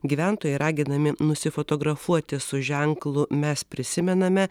gyventojai raginami nusifotografuoti su ženklu mes prisimename